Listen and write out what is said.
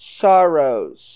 sorrows